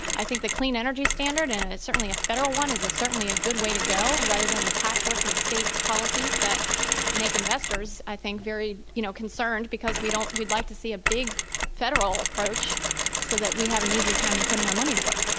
i think the clean energy standard, and ah certainly a federal one is certainly a good way to go rather than the patchwork of state policies that make investors, i think, very you know concerned because we don't we'd like to see a big federal approach so that we have an easier time in putting our money to work. ah